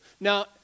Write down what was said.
now